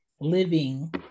living